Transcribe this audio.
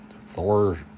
Thor